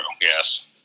Yes